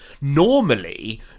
normally